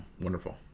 wonderful